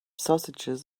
sausages